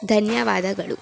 ಧನ್ಯವಾದಗಳು